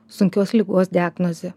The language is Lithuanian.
sunkios ligos diagnozė